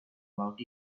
about